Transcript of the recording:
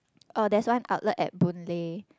oh there's one outlet at Boon-Lay